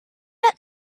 met